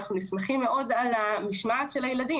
אנחנו נסמכים מאוד על משמעת של הילדים,